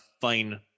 fine